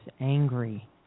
angry